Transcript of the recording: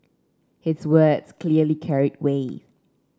his words clearly carried weight